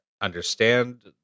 understand